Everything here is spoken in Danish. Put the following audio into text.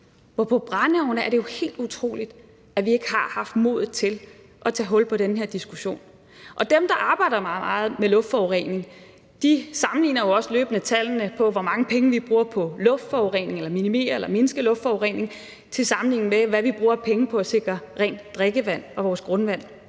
med brændeovne jo er helt utroligt, at vi ikke har haft modet til at tage hul på den her diskussion. Dem, der arbejder med luftforurening, sammenligner jo også løbende tallene for, hvor mange penge vi bruger på at mindske luftforureningen, med, hvad vi bruger af penge på at sikre rent drikkevand og vores grundvand.